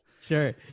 Sure